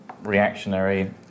reactionary